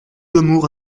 d’amour